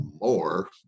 more